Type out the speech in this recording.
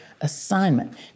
assignment